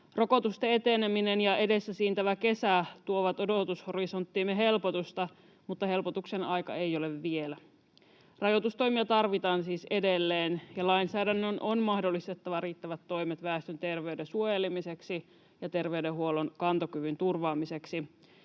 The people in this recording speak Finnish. Rokotusten eteneminen ja edessä siintävä kesä tuovat odotushorisonttiimme helpotusta, mutta helpotuksen aika ei ole vielä. Rajoitustoimia tarvitaan siis edelleen, ja lainsäädännön on mahdollistettava riittävät toimet väestön terveyden suojelemiseksi ja terveydenhuollon kantokyvyn turvaamiseksi.